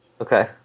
Okay